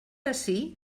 ací